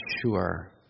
sure